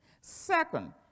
Second